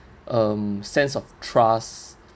um sense of trust